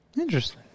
interesting